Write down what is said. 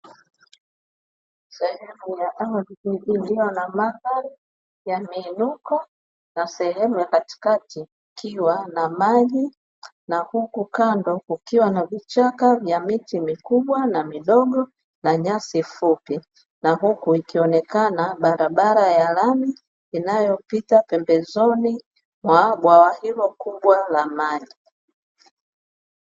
Sehemu ya ardhi iliyo na mandhari ya miinuko na sehemu ya katikati kukiwa na maji na huku kando kukiwa na vichaka vya miti mikubwa na midogo na nyasi fupi, na huku ikionekana barabara ya lami inayopita pembezoni mwa bwawa hilo kubwa la maji.